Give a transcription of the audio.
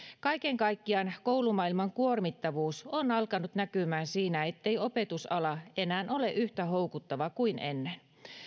kaiken kaikkiaan koulumaailman kuormittavuus on alkanut näkymään siinä ettei opetusala enää ole yhtä houkuttava kuin ennen